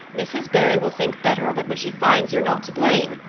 mrs. barry will think better of it when she finds you're not to blame.